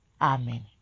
amen